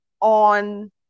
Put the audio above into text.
on